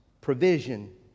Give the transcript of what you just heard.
provision